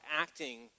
acting